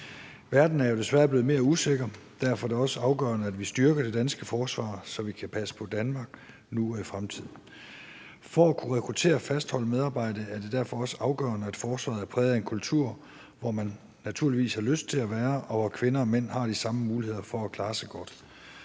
Verden er jo desværre blevet mere usikker. Derfor er det også afgørende, at vi styrker det danske forsvar, så vi kan passe på Danmark nu og i fremtiden. For at kunne rekruttere og fastholde medarbejdere er det derfor også afgørende, at forsvaret er præget af en kultur, som man naturligvis har lyst til at være i, og hvor kvinder og mænd har de samme muligheder for at klare sig godt.